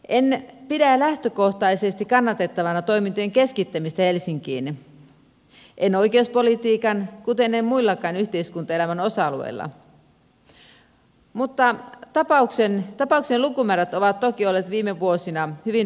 en pidä lähtökohtaisesti kannatettavana toimintojen keskittämistä helsinkiin en oikeuspolitiikan kuten en muillakaan yhteiskuntaelämän osa alueilla mutta tapauksien lukumäärät ovat toki olleet viime vuosina hyvin vähäisiä